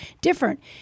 different